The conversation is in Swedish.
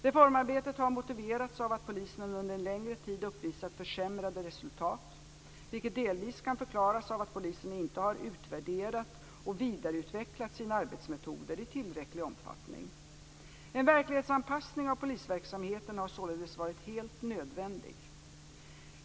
Reformarbetet har motiverats av att polisen under en längre tid uppvisat försämrade resultat, vilket delvis kan förklaras av att polisen inte har utvärderat och vidareutvecklat sina arbetsmetoder i tillräcklig omfattning. En verklighetsanpassning av polisverksamheten har således varit helt nödvändig.